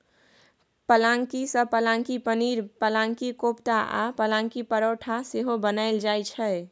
पलांकी सँ पलांकी पनीर, पलांकी कोपता आ पलांकी परौठा सेहो बनाएल जाइ छै